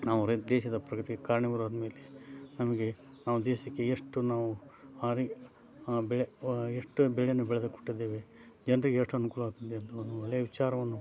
ನಾವು ರೈತ ದೇಶದ ಪ್ರಗತಿಗೆ ಕಾರಣೀಭೂತರಾದ್ಮೇಲೆ ನಮಗೆ ನಾವು ದೇಶಕ್ಕೆ ಎಷ್ಟು ನಾವು ಆರಿ ಬೆಳೆ ಎಷ್ಟು ಬೆಳೇನ ಬೆಳೆದು ಕೊಟ್ಟಿದ್ದೇವೆ ಜನರಿಗೆ ಎಷ್ಟು ಅನುಕೂಲ ಆಗ್ತಿದೆ ಎಂದು ಒಂದು ಒಳ್ಳೆಯ ವಿಚಾರವನ್ನು